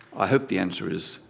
i hope the answer is,